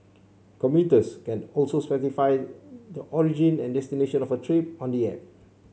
commuters can also specify the origin and destination of a trip on the app